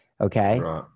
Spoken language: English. Okay